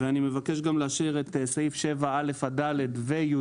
ואני מבקש גם להשאיר את סעיף 7(א) עד (ד) ו-(יא)